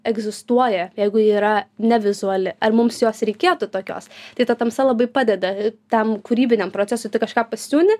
egzistuoja jeigu ji yra ne vizuali ar mums jos reikėtų tokios tai ta tamsa labai padeda tam kūrybiniam procesui tu kažką pasiūni